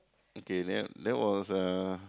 okay that that was uh